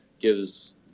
gives